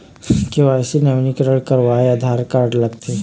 KYC नवीनीकरण करवाये Aadhaar card लगथे?